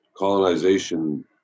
colonization